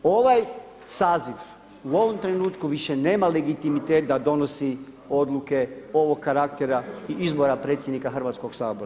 Ovaj saziv u ovom trenutku više nema legitimitet da donosi odluke ovog karaktera i izbora predsjednika Hrvatskog sabora.